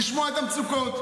לשמוע את המצוקות.